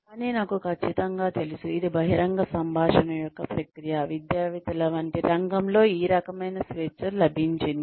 కానీ నాకు ఖచ్చితంగా తెలుసు ఇది బహిరంగ సంభాషణ యొక్క ప్రక్రియ విద్యావేత్తల వంటి రంగంలో ఈ రకమైన స్వేచ్ఛ లభించింది